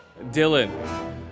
Dylan